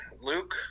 Luke